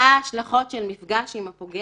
אתה שואל מה ההשלכות של המפגש עם הפוגע?